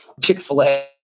Chick-fil-A